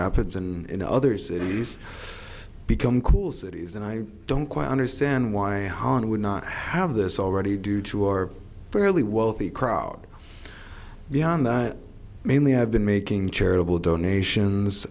rapids and in other cities become cool cities and i don't quite understand why holland would not have this already due to our fairly wealthy crowd beyond that mainly i've been making charitable donations